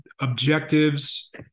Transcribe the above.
objectives